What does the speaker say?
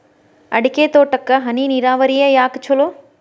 ಅಡಿಕೆ ತೋಟಕ್ಕ ಹನಿ ನೇರಾವರಿಯೇ ಯಾಕ ಛಲೋ?